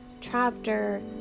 chapter